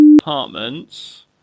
apartments